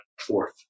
fourth